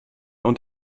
und